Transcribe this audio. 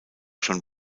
schon